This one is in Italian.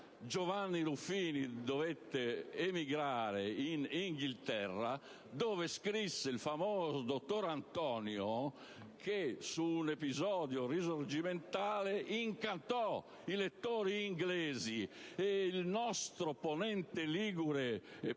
Giovanni Ruffini, dovette emigrare in Inghilterra, dove scrisse il famoso «Il dottor Antonio», che sull'episodio risorgimentale incantò i lettori inglesi, tanto che il nostro Ponente ligure